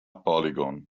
polygon